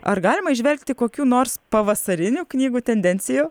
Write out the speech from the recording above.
ar galima įžvelgti kokių nors pavasarinių knygų tendencijų